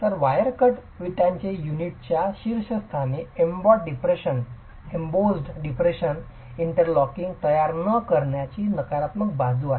तर wire cut विटांचे युनिटच्या शीर्षस्थानी एम्बॉस्ड डिप्रेशनद्वारे इंटरलॉकिंग तयार न करण्याची नकारात्मक बाजू आहे